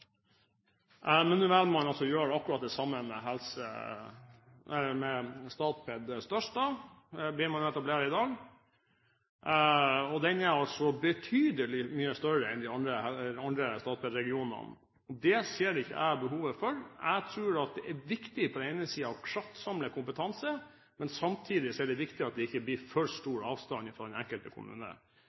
Men nå velger man altså å gjøre det samme med «Statped Størst» – det man etablerer i dag. Den er altså betydelig mye større enn de andre Statped-regionene. Det ser jeg ikke behovet for. Jeg tror at det på den ene siden er viktig å kraftsamle kompetanse, men samtidig er det viktig at det ikke blir for stor avstand fra den enkelte kommune.